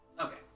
Okay